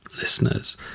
Listeners